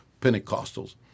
Pentecostals